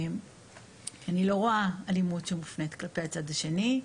אני לא רואה אלימות שמופנית כלפי הצד השני.